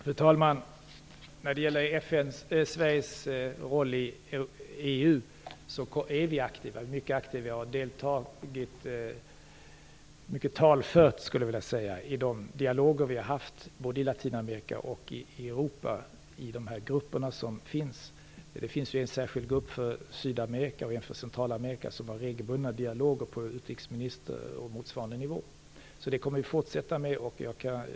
Fru talman! När det gäller Sveriges roll i EU är vi aktiva och har deltagit mycket talfört, skulle jag vilja säga, i de dialoger som vi har haft både i Latinamerika och i Europa i de grupper som finns. Det finns ju en särskild grupp för Sydamerika och en för Centralamerika som har regelbundna dialoger på utrikesministernivå och motsvarande nivå. Det kommer vi att fortsätta med.